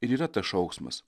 ir yra tas šauksmas